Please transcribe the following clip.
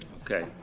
Okay